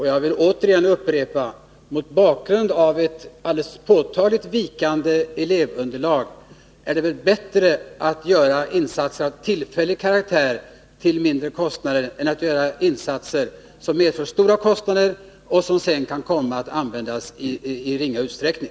Jag vill återigen upprepa: Mot bakgrund av ett alldeles påtagligt vikande elevunderlag är det väl bättre att göra insatser av tillfällig karaktär till mindre kostnader än att satsa stora pengar på sådant som sedan kan komma att användas i endast ringa utsträckning.